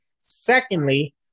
Secondly